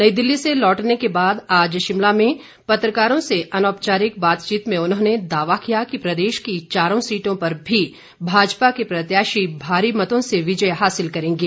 नई दिल्ली से लौटने के बाद आज शिमला में पत्रकारों से अनौपचारिक बातचीत में उन्होंने दावा किया कि प्रदेश की चारों सीटों पर भी भाजपा के प्रत्याशी भारी मतों से विजय हासिल करेंगे